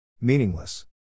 Meaningless